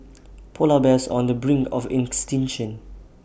Polar Bears are on the brink of extinction